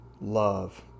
love